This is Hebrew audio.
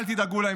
אל תדאגו להם,